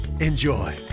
Enjoy